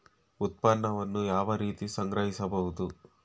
ಉತ್ಪನ್ನವನ್ನು ಯಾವ ರೀತಿ ಸಂಗ್ರಹಿಸಬಹುದು?